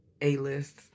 a-list